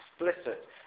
explicit